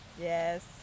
yes